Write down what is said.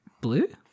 Blue